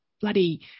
bloody